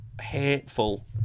hateful